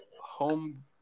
home